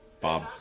bob